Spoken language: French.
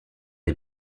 les